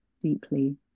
deeply